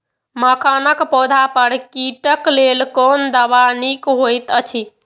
मखानक पौधा पर कीटक लेल कोन दवा निक होयत अछि?